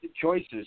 choices